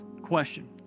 question